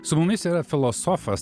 su mumis yra filosofas